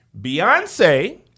Beyonce